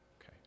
okay